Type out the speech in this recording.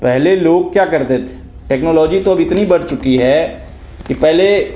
पहले लोग क्या करते थे टेक्नोलॉजी तो अब इतनी बढ़ चुकी है कि पहले